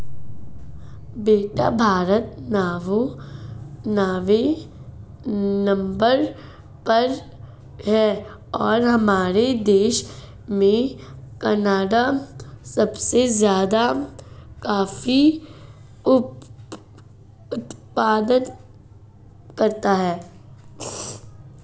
बेटा भारत नौवें नंबर पर है और हमारे देश में कर्नाटक सबसे ज्यादा कॉफी उत्पादन करता है